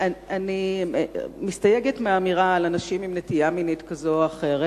אני מסתייגת מהאמירה על אנשים עם נטייה מינית כזאת או אחרת.